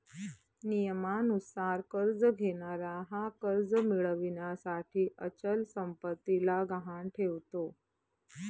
नियमानुसार कर्ज घेणारा हा कर्ज मिळविण्यासाठी अचल संपत्तीला गहाण ठेवतो